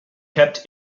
kept